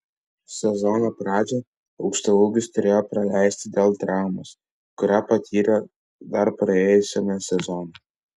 sezono pradžią aukštaūgis turėjo praleisti dėl traumos kurią patyrė dar praėjusiame sezone